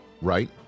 right